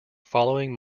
following